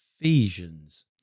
Ephesians